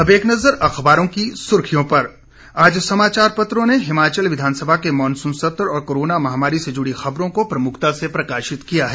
अब एक नज़र अखबारों की सुर्खियों पर समाचार पत्रों ने आज हिमाचल विधानसभा के मानसून सत्र और कोरोना महामारी से जुड़ी खबरों को प्रमुखता से प्रकाशित किया है